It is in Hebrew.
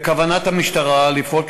בכוונת המשטרה לפעול,